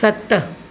सत